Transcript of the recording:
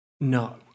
No